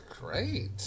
great